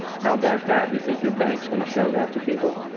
how about that? do you think your bank is going to show that to people?